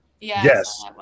Yes